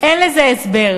אין לזה הסבר.